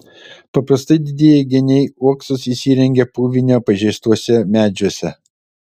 paprastai didieji geniai uoksus įsirengia puvinio pažeistuose medžiuose